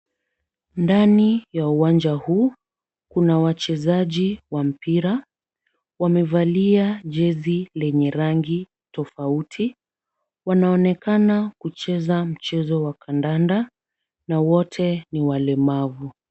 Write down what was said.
Ndani ya uwanja huu, kuna wachezaji wa mpira. Wamevalia jezi lenye rangi tofauti. Wanaonekana kucheza mchezo wa kandanda na wote ni walemavu.